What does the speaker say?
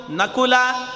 Nakula